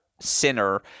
Sinner